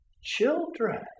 children